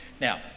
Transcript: Now